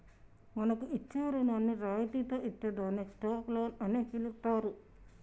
మనకు ఇచ్చే రుణాన్ని రాయితితో ఇత్తే దాన్ని స్టాప్ లోన్ అని పిలుత్తారు